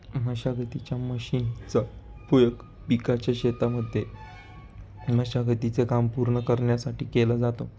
मशागतीच्या मशीनचा उपयोग पिकाच्या शेतांमध्ये मशागती चे काम पूर्ण करण्यासाठी केला जातो